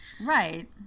Right